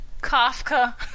Kafka